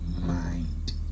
mind